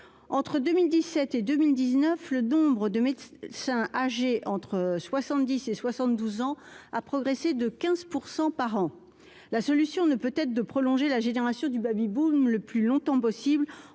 entre 2017 et 2019 le d'ombres, de Saint-, âgés entre 70 et 72 ans, a progressé de 15 % par an, la solution ne peut être de prolonger la génération du Baby boom le plus longtemps possible